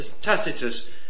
Tacitus